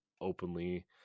openly